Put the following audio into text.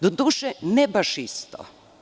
Doduše, ne baš isto.